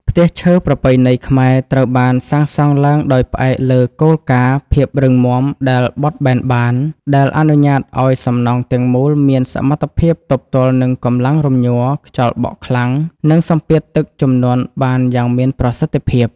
ផ្ទះឈើប្រពៃណីខ្មែរត្រូវបានសាងសង់ឡើងដោយផ្អែកលើគោលការណ៍ ភាពរឹងមាំដែលបត់បែនបាន ដែលអនុញ្ញាតឱ្យសំណង់ទាំងមូលមានសមត្ថភាពទប់ទល់នឹងកម្លាំងរំញ័រ ខ្យល់បក់ខ្លាំង និងសម្ពាធទឹកជំនន់បានយ៉ាងមានប្រសិទ្ធភាព។